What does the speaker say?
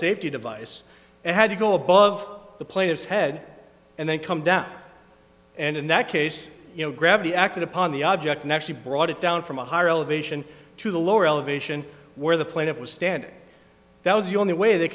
safety device had to go above the player's head and then come down and in that case you know gravity acted upon the object and actually brought it down from a higher elevation to the lower elevation where the plaintiff was standing that was the only way they